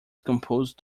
composed